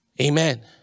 Amen